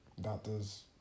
Doctors